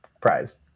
prize